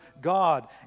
God